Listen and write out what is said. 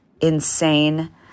insane